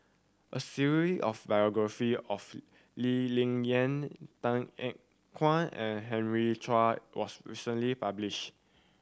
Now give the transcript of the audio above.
a series of biographies of Lee Ling Yen Tan Ean Kuan and Henry Chia was recently published